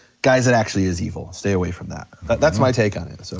guys, it actually is evil, stay away from that. but that's my take on it, so.